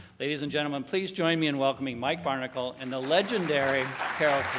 ladies and gentlemen, please join me in welcoming mike barnicle and the legendary carole